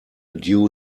due